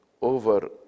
over